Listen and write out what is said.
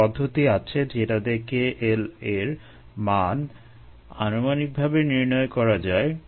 কিছু পদ্ধতি আছে যেটা দিয়ে KLa এর মান আনুমানিকভাবে নির্ণয় করা যায়